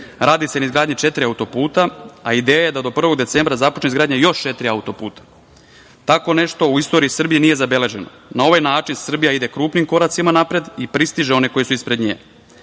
radi se na izgradnji četiri auto-puta, a ideja je da do 1. decembra započne izgradnja još četiri auto-puta. Tako nešto u istoriji Srbije nije zabeleženo. Na ovaj način Srbija ide krupnim koracima napred i pristiže one koji su ispred